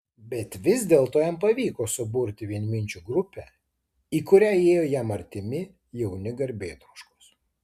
bet vis dėlto jam pavyko suburti vienminčių grupę į kurią įėjo jam artimi jauni garbėtroškos